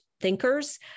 thinkers